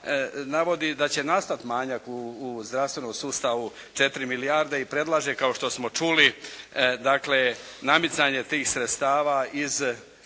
navodi da će nastati manjak u zdravstvenom sustavu 4 milijarde i predlaže kao što smo čuli dakle namicanje tih sredstava iz